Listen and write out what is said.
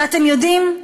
ואתם יודעים,